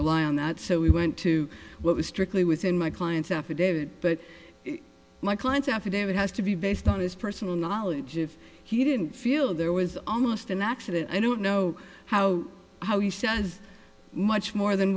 rely on that so we went to what was strictly within my client's affidavit but my client's affidavit has to be based on his personal knowledge if he didn't feel there was almost an accident i don't know how how he says much more than